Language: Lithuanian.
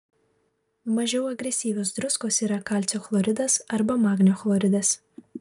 mažiau agresyvios druskos yra kalcio chloridas arba magnio chloridas